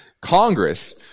Congress